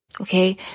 okay